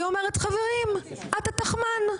היא אומרת, חברים, אתה תחמן.